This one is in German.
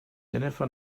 jennifer